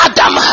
Adam